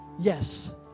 Yes